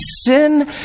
Sin